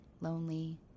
lonely